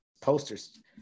Posters